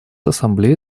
ассамблея